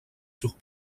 sur